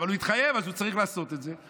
אבל הוא התחייב, אז הוא צריך לעשות את זה.